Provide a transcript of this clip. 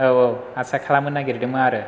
औ औ आसा खालामनो नागिरदोंमोन आरो